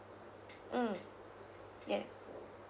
mm yes